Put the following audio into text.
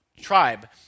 tribe